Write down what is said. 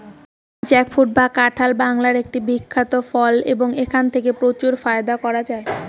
jackfruit বা কাঁঠাল বাংলার একটি বিখ্যাত ফল এবং এথেকে প্রচুর ফায়দা করা য়ায়